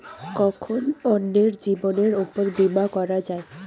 কখন অন্যের জীবনের উপর বীমা করা যায়?